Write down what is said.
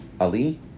Ali